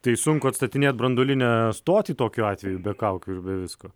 tai sunku atstatinėt branduolinę stotį tokiu atveju be kaukių ir be visko